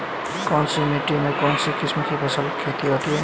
कौनसी मिट्टी में कौनसी किस्म की फसल की खेती होती है?